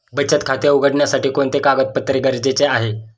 बचत खाते उघडण्यासाठी कोणते कागदपत्रे गरजेचे आहे?